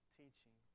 teaching